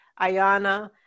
Ayana